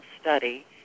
study